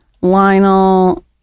Lionel